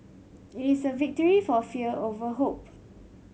it is a victory for fear over hope